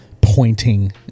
pointing